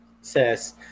says